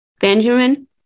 Benjamin